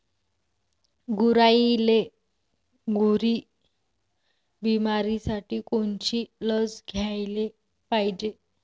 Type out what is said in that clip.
गुरांइले खुरी बिमारीसाठी कोनची लस द्याले पायजे?